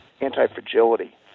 anti-fragility